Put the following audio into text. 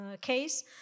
case